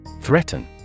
Threaten